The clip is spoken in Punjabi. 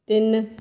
ਤਿੰਨ